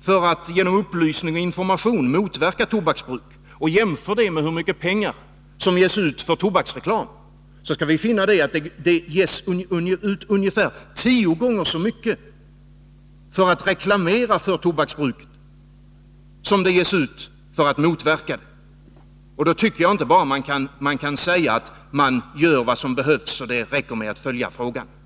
för att genom upplysning och information motverka tobaksbruk och jämför det med hur mycket pengar som ges ut på tobaksreklam, skall vi finna att det ges ut ungefär tio gånger så mycket för att göra reklam för tobaksbruk som för att motverka det. Då tycker jag inte att man bara kan säga att man gör vad som behövs och att det räcker med att följa frågan.